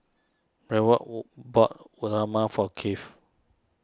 Raekwon bought Uthapam for Kennth